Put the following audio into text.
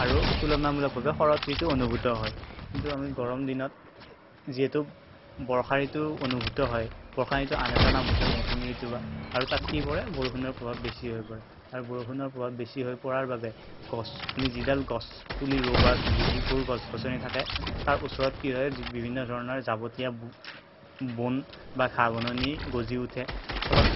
আৰু তুলনামূলকভাৱে শৰৎ ঋতু অনুভূত হয় কিন্তু আমি গৰম দিনত যিহেতু বৰ্ষা ঋতু অনুভূত হয় বৰ্ষা ঋতুৰ আন এটা নাম হৈছে মৌচুমী ঋতু বা আৰু তাত কি কৰে বৰষুণৰ প্ৰভাৱ বেছি হৈ পৰে আৰু বৰষুণৰ প্ৰভাৱ বেছি হৈ পৰাৰ বাবে গছ আমি যিডাল গছ পুলি ৰোওঁ বা যি যিবোৰ গছ গছনি থাকে তাৰ ওচৰত কি হয় যি বিভিন্ন ধৰণৰ যাৱতীয়া বন বা ঘাঁহ বননি গজি উঠে ফলত